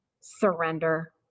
surrender